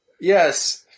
Yes